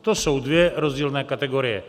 To jsou dvě rozdílné kategorie.